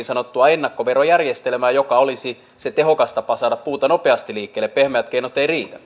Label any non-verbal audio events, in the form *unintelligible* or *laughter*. *unintelligible* sanottua ennakkoverojärjestelmää joka olisi se tehokas tapa saada puuta nopeasti liikkeelle pehmeät keinot eivät riitä *unintelligible*